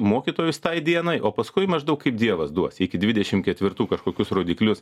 mokytojus tai dienai o paskui maždaug kaip dievas duos iki dvidešim ketvirtų kažkokius rodiklius